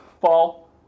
fall